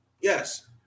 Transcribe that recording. Yes